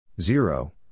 zero